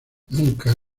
nunca